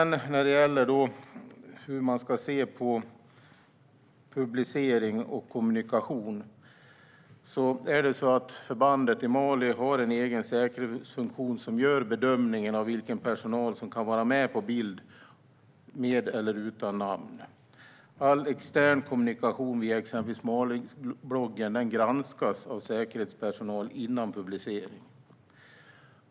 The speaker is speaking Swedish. När det gäller hur man ska se på publicering och kommunikation har förbandet i Mali en egen säkerhetsfunktion som gör bedömningen av vilken personal som kan vara med på bild, med eller utan namn. All extern kommunikation via exempelvis Malibloggen granskas av säkerhetspersonal före publicering.